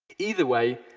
either way,